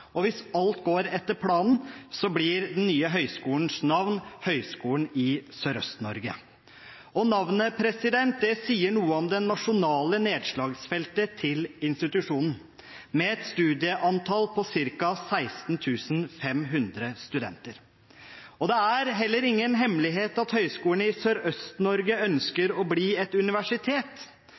og hvis alt går etter planen, blir den nye høgskolens navn «Høgskolen i Sørøst-Norge». Navnet sier noe om det nasjonale nedslagsfeltet til institusjonen, med et studenttall på ca. 16 500 studenter. Det er heller ingen hemmelighet at Høgskolen i Sørøst-Norge ønsker å bli et universitet,